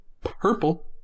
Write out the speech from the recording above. purple